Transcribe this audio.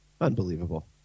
unbelievable